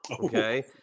Okay